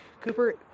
Cooper